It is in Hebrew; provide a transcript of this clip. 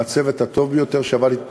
מאיכות הצוות הטוב ביותר שעבדתי אתו,